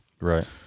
Right